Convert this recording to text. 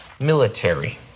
military